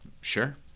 Sure